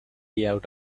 out